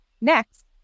next